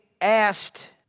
asked